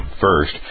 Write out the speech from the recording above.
First